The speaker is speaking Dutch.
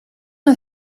had